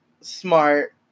smart